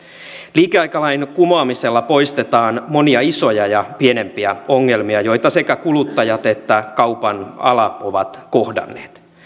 liikeaikalain kumoamisella poistetaan monia isoja ja pienempiä ongelmia joita sekä kuluttajat että kaupan ala ovat kohdanneet